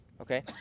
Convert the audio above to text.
Okay